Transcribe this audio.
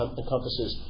encompasses